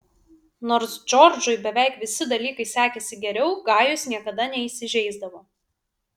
nors džordžui beveik visi dalykai sekėsi geriau gajus niekada neįsižeisdavo